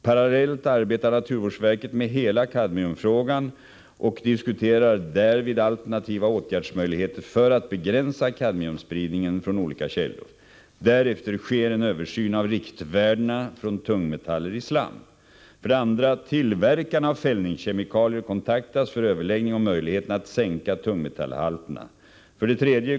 Parallellt arbetar naturvårdsverket med hela kadmiumfrågan och diskuterar därvid alternativa åtgärdsmöjligheter för att begränsa kadmiumspridningen från olika källor. Därefter sker en översyn av riktvärdena från tungmetaller i slam. 2. Tillverkarna av fällningskemikalier kontaktas för överläggning om möjligheterna att sänka tungmetallhalterna. 3.